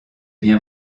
bien